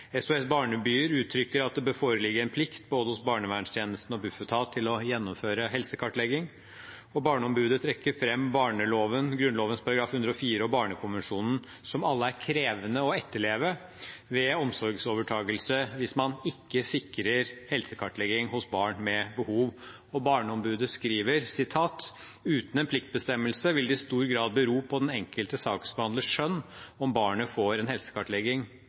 uttrykker at det bør foreligge en plikt hos både barnevernstjenesten og Bufetat til å gjennomføre helsekartlegging, og Barneombudet trekker fram barnevernloven, Grunnloven § 104 og barnekonvensjonen, som alle er krevende å etterleve ved omsorgsovertagelse hvis man ikke sikrer helsekartlegging hos barn med behov. Barneombudet skriver: «Uten en pliktbestemmelse vil det i stor grad bero på den enkelte saksbehandlers skjønn om barnet får en helsekartlegging.